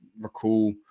recall